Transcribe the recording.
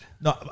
No